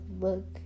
look